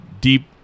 deep